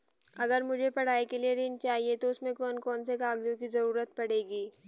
अगर मुझे पढ़ाई के लिए ऋण चाहिए तो उसमें कौन कौन से कागजों की जरूरत पड़ेगी?